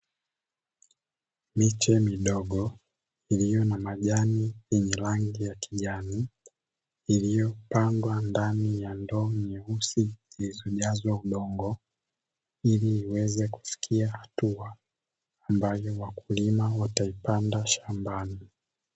Miche midogo iliyo na majani yenye rangi ya kijani, iliyopandwa ndani ya ndoo nyeusi zilizojazwa udongo ili ziweze kufikia hatua, ambayo wakulima wataipanda shambani.